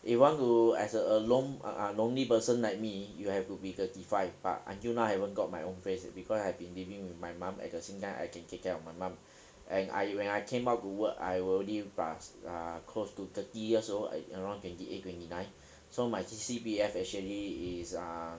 you want to as a alone uh uh lonely person like me you have to be thirty five but until now I haven't got my own place because I've been living with my mum at the same time I can take care of my mum and I when I came out to work I already plus ah close to thirty years old around twenty eight twenty nine so my C_P_F actually is uh